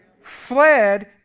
Fled